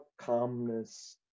calmness